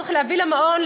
צריך להביא למעון,